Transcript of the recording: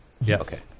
Yes